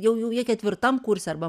jau jau jie ketvirtam kurse arba